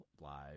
live